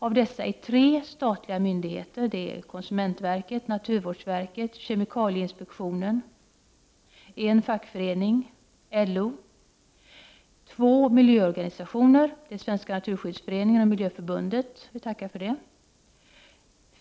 Av dessa är tre från statliga myndigheter: konsumentverket, naturvårdsverket och kemikalieinspektionen. Det finns ett fackförbund representerat, LO. Vidare finns det två miljöorganisationer, Svenska naturskyddsföreningen och Miljöförbundet — vi tackar för det.